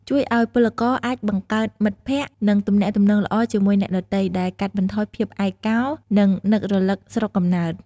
ជួយឱ្យពលករអាចបង្កើតមិត្តភក្តិ និងទំនាក់ទំនងល្អជាមួយអ្នកដទៃ ដែលកាត់បន្ថយភាពឯកោ និងនឹករលឹកស្រុកកំណើត។